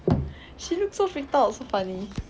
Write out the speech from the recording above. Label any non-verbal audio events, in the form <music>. <noise> she looked so freaked out so funny